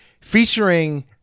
featuring